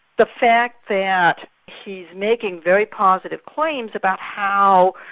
the fact that he's making very positive claims about how,